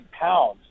pounds